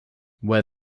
where